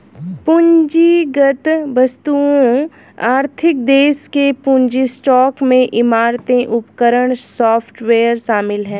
पूंजीगत वस्तुओं आर्थिक देश के पूंजी स्टॉक में इमारतें उपकरण सॉफ्टवेयर शामिल हैं